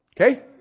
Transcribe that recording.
Okay